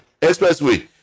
expressway